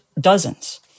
dozens